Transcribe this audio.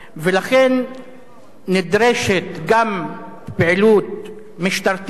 ולכן נדרשת גם פעילות משטרתית